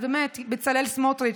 אז באמת, בצלאל סמוטריץ',